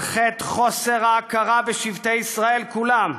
על חטא חוסר ההכרה בשבטי ישראל כולם,